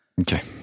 Okay